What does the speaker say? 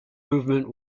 movement